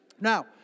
Now